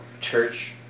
church